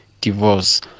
divorce